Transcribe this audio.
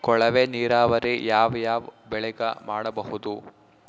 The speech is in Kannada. ಕೊಳವೆ ನೀರಾವರಿ ಯಾವ್ ಯಾವ್ ಬೆಳಿಗ ಮಾಡಬಹುದು?